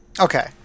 Okay